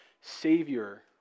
savior